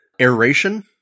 aeration